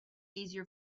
easier